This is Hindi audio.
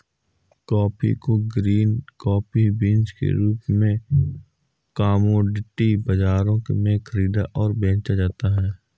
कॉफी को ग्रीन कॉफी बीन्स के रूप में कॉमोडिटी बाजारों में खरीदा और बेचा जाता है